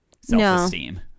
self-esteem